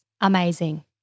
amazing